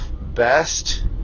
best